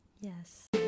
Yes